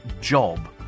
job